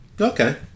Okay